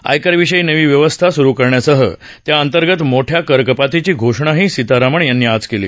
आयकराविषयी नवी व्यवस्था सुरु करण्यासह त्याअंतर्गत मोठ्या करकपातीची घोषणाही सीतारामण यांनी आज केली